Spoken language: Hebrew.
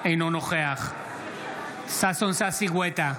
אינו נוכח ששון ששי גואטה,